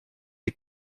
est